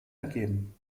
ergeben